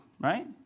right